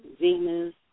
Venus